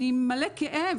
אני עם מלא כאב,